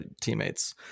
teammates